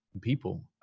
people